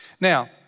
Now